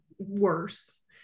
worse